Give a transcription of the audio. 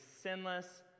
sinless